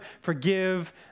forgive